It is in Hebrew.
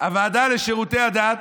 הוועדה לשירותי הדת?